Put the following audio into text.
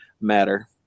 matter